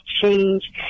change